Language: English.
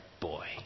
boy